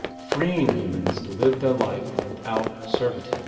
freeing humans to live their life without servitude.